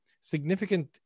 significant